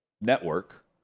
network